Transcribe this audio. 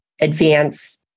advance